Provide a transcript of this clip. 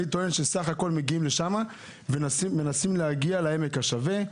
אלא מגיעים לשם ומנסים להגיע לעמק השווה.